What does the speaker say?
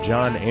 John